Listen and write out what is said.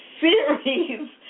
series